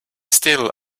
still